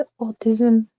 autism